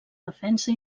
defensa